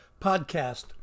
podcast